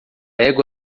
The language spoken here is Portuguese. égua